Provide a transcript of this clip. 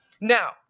Now